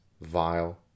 vile